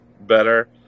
better